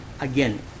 again